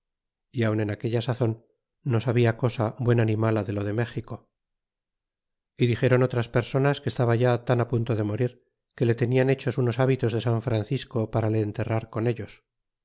y aun en aquella sazon no sabia cosa buena ni mala de lo de méxico y dixéron otras personas que estaba ya tan á punto de morir que le tenian hechos unos hábitos de san francisco para le enterrar con ellos